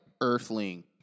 earthling